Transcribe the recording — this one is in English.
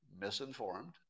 misinformed